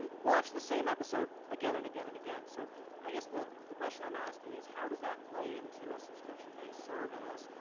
um watch the same episode again and again and again, so i guess the the question i'm asking is how does that play into a subscription based service,